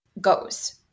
goes